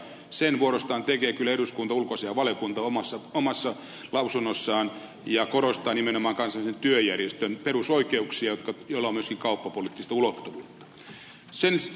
sen vuorostaan tekee kyllä eduskunnan ulkoasiainvaliokunta omassa lausunnossaan ja korostaa nimenomaan kansainvälisen työjärjestön perusoikeuksia joilla on myöskin kauppapoliittista ulottuvuutta